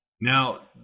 Now